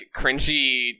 cringy